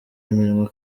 iminwa